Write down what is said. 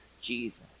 Jesus